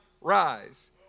rise